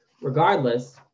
Regardless